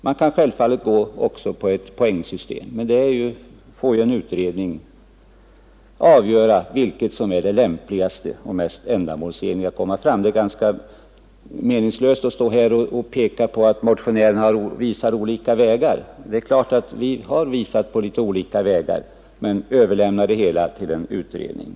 Man kan självfallet också välja ett poäng Onsdagen den system, men en utredning får ju avgöra vilket som är det lämpligaste och 12 april 1972 mest ändamålsenliga systemet; däremot är det ganska meningslöst att stå här och peka på att motionärerna anvisar olika vägar. Det är klart att vi Rätt till allmän till har visat på olika vägar, men vi överlämnar frågan till en utredning.